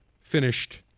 finished